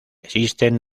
existen